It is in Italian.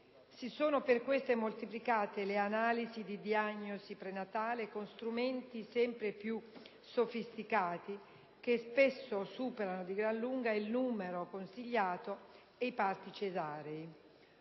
si sono moltiplicate le analisi di diagnosi prenatale con strumenti sempre più sofisticati, che spesso superano di gran lunga il numero consigliato, e i parti cesari.